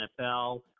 NFL